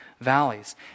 valleys